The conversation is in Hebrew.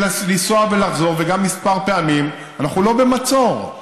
לנסוע ולחזור, וגם כמה פעמים, אנחנו לא במצור,